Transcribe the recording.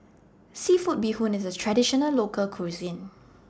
Seafood Bee Hoon IS A Traditional Local Cuisine